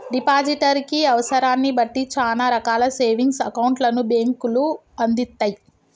depositor కి అవసరాన్ని బట్టి చానా రకాల సేవింగ్స్ అకౌంట్లను బ్యేంకులు అందిత్తయ్